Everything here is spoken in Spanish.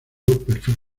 perfil